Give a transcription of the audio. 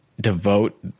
devote